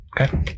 Okay